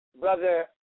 brother